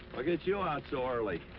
what gets you out so early?